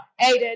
Aidan